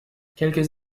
quelques